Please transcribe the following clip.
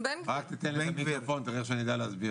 רק תן לי את המיקרופון תראה איך שאני יודע להסביר.